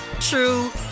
true